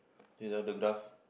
just now the graph